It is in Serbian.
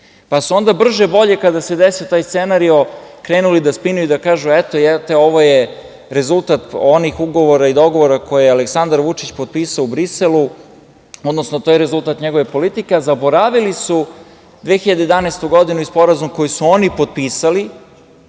pa su onda brže-bolje, kada se desio taj scenario, krenuli da spinuju i da kažu – eto, ovo je rezultat onih ugovora i dogovora koje je Aleksandar Vučić potpisao u Briselu, odnosno to je rezultat njegove politike, a zaboravili su 2011. godinu i sporazum koji su oni potpisali